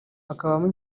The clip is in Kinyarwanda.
hakabamo